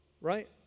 right